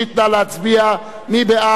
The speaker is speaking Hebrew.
נא להצביע, מי בעד?